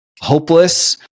hopeless